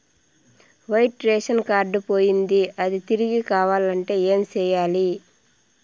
white ration card పోయింది అది తిరిగి కావాలంటే ఏం సేయాలి